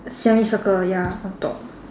semicircle ya on top